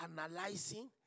analyzing